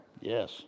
Yes